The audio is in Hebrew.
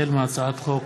החל בהצעת חוק